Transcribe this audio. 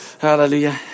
Hallelujah